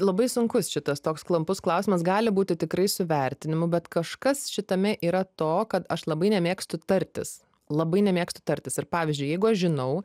labai sunkus šitas toks klampus klausimas gali būti tikrai su vertinimu bet kažkas šitame yra to kad aš labai nemėgstu tartis labai nemėgstu tartis ir pavyzdžiui jeigu aš žinau